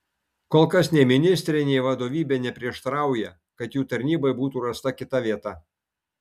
kol kas nei ministrė nei vadovybė neprieštarauja kad jų tarnybai būtų rasta kita vieta